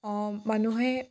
মানুহে